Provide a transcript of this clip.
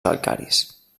calcaris